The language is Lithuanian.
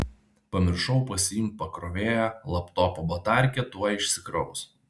pamiršau pasiimt pakrovėją laptopo batarkė tuoj išsikraus